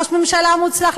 ראש ממשלה מוצלח,